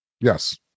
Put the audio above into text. Yes